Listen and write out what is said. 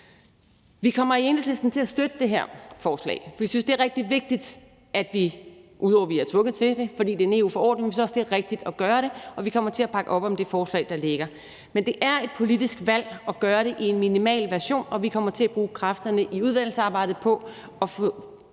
Vi kommer i Enhedslisten til at støtte det her forslag. Vi synes, det er rigtig vigtigt. Ud over at vi er tvunget til det, fordi det er en EU-forordning, synes vi også, det er rigtigt at gøre det, og vi kommer til at bakke op om det forslag, der ligger. Men det er et politisk valg at gøre det i en minimal version, og vi kommer til at bruge kræfterne i udvalgsarbejdet på at få